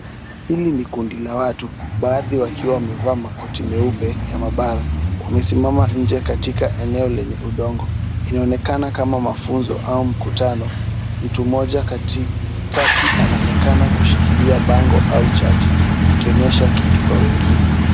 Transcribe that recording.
Hili ni kundi la watu, baadhi wakiwa wamevaa makoti meupe ya maabara. Wamesimama nje katika eneo lenye udongo, inaonekana kama mafunzo au mkutano. Mtu mmoja katikati anaonekana kushikilia bango au chati akionyesha kitu kwa wengine.